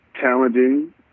challenging